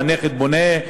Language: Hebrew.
והנכד בונה,